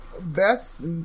best